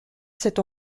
cet